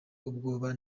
ubwoba